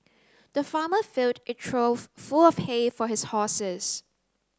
the farmer filled a trough full of hay for his horses